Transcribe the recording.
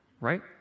right